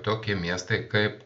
tokie miestai kaip